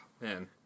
Man